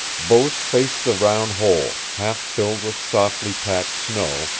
both faced the round hole, half filled with softly packed snow,